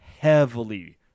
heavily